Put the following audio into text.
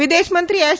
વિદેશમંત્રી એસ